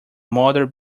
mother